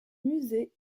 musée